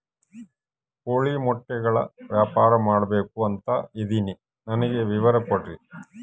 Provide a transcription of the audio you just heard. ಕೋಳಿ ಮೊಟ್ಟೆಗಳ ವ್ಯಾಪಾರ ಮಾಡ್ಬೇಕು ಅಂತ ಇದಿನಿ ನನಗೆ ವಿವರ ಕೊಡ್ರಿ?